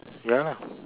ya lah